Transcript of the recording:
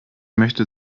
möchte